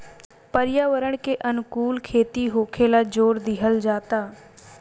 पर्यावरण के अनुकूल खेती होखेल जोर दिहल जाता